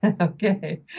Okay